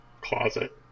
closet